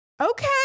okay